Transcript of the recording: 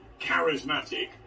charismatic